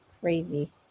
crazy